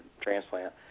transplant